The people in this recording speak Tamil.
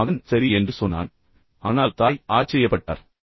எனவே மகன் சரி என்று சொன்னான் ஆனால் தாய் ஆச்சரியப்பட்டார்